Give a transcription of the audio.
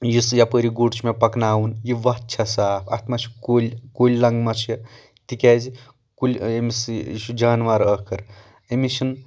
یُس پیٲرۍ یہِ گُر چھُ مےٚ پکناوُن یہِ وتھ چھےٚ صاف اتھ مہ چھِ کُلۍ کُلۍ لنٛگ مہ چھِ تِکیٛازِ کُلۍ ییٚم سی یہِ چھ جانور ٲخٕر أمِس چھِنہٕ